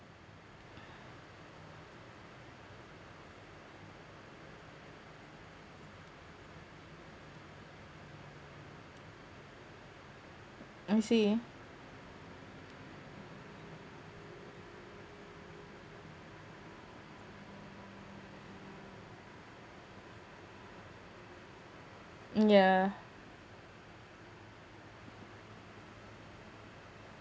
I see yeah